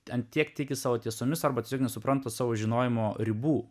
ten tiek tiki savo tiesomis arba tiesiog nesupranta savo žinojimo ribų